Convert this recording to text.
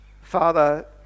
Father